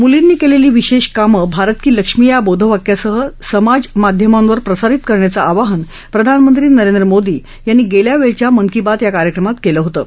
मुलींनी केलेली विशेष कामे भारत कि लक्ष्मी या बोधवाक्यासह समाज माध्यमांवर प्रसारित करण्याचं आवाहन प्रधानमंत्री नरेंद्र मोदी यांनी गेल्या वेळच्या मन की बात याकार्यक्रमात केलं होतं